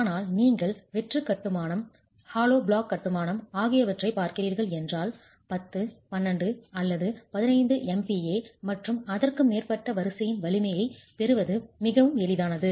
ஆனால் நீங்கள் வெற்று கட்டுமானம் ஹாலோ பிளாக் கட்டுமானம் ஆகியவற்றைப் பார்க்கிறீர்கள் என்றால் 10 12 அல்லது 15 MPa மற்றும் அதற்கு மேற்பட்ட வரிசையின் வலிமையைப் பெறுவது மிகவும் எளிதானது